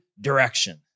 direction